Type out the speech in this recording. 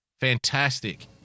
Fantastic